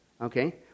okay